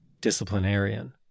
disciplinarian